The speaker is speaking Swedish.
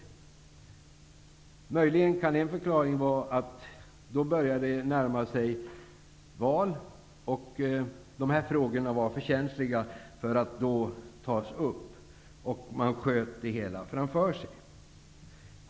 En förklaring kan möjligen vara att det började närma sig val och dessa frågor var för känsliga för att tas upp då. Man sköt det hela framför sig.